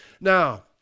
Now